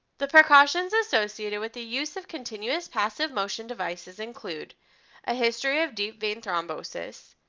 the precautions associated with the use of continuous passive motion devices include a history of deep vein thrombosis,